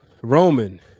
Roman